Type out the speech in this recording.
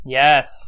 yes